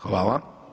Hvala.